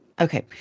Okay